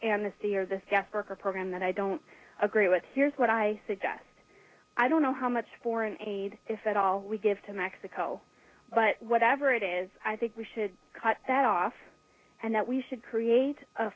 and this year this guest worker program that i don't agree with here's what i suggest i don't know how much foreign aid if at all we give to mexico but whatever it is i think we should cut that off and that we should create a